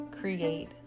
create